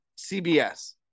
cbs